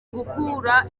gukura